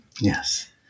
yes